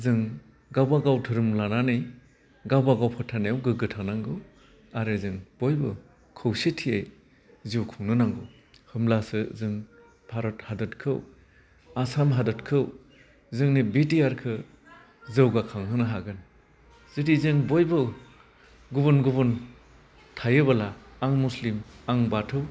जों गावबागाव धोरोम लानानै गावबागाव फोथाइनायाव गोग्गो थानांगौ आरो जों बयबो खौसेथियै जिउ खुंनो नांगौ होमब्लासो जों भारत हादोदखौ आसाम हादोदखौ जोंनि बिटिआरखौ जौगाखांहोनो हागोन जुदि जों बयबो गुबुन गुबुन थायोबोला आं मुस्लिम आं बाथौ